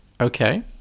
Okay